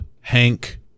Hank